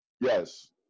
Yes